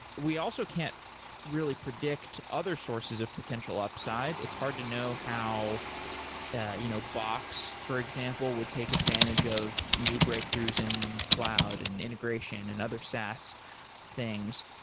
we also can't really predict other sources of potential upside. it's hard to know how ah you know box, for example, would take advantage of new breakthroughs in cloud and integration and other saas things.